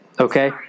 Okay